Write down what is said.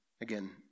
again